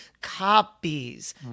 copies